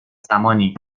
زمانی